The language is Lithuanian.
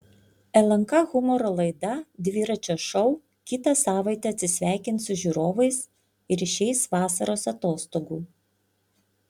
lnk humoro laida dviračio šou kitą savaitę atsisveikins su žiūrovais ir išeis vasaros atostogų